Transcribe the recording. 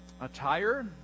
attire